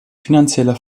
finanzielle